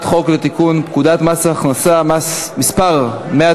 חוק לתיקון פקודת מס הכנסה (מס' 199),